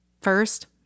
First